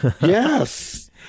Yes